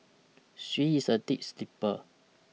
she is a deep sleeper